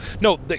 no